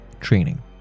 training